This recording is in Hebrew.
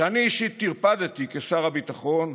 שאני אישית טרפדתי כשר הביטחון,